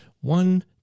one